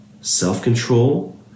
self-control